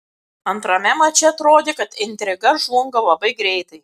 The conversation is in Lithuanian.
antrame mače atrodė kad intriga žlunga labai greitai